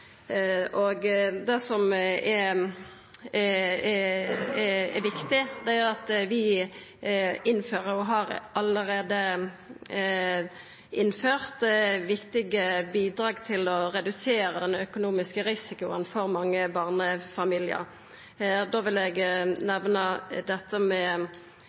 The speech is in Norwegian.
Det som er viktig, er at vi innfører og allereie har innført viktige bidrag til å redusera den økonomiske risikoen for mange barnefamiliar. Då vil eg nemna dette med